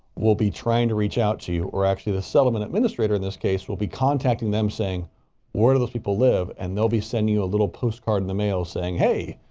will be trying to reach out to you or actually the settlement administrator in this case will be contacting them saying where do those people live? and there'll be sending you a little postcard in the mail saying, hey,